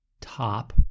top